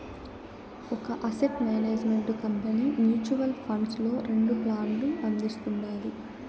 ఒక asset management company mutual funds లో రెండు ప్లాన్లు అందిస్తుండాది